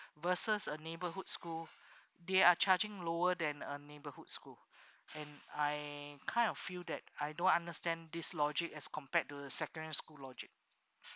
versus a neighbourhood school they are charging lower than a neighborhood school and I kind of feel that I don't understand this logic as compared to the secondary school logic